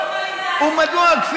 בוא נבטל את כל המכסות ונגמר הסיפור.